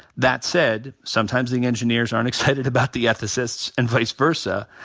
that said, sometimes the engineers aren't excited about the ethicists and vice versa.